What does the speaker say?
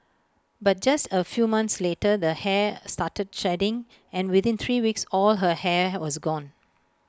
but just A few months later the hair started shedding and within three weeks all her hair was gone